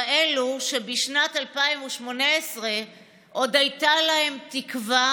כאלו שבשנת 2018 עוד הייתה להם תקווה